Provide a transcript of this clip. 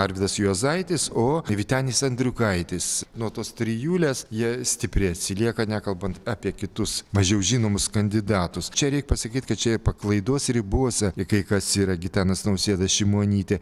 arvydas juozaitis o vytenis andriukaitis nuo tos trijulės jie stipriai atsilieka nekalbant apie kitus mažiau žinomus kandidatus čia reik pasakyt kad čia paklaidos ribose kai kas yra gitanas nausėda šimonytė